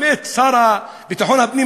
באמת השר הקודם לביטחון הפנים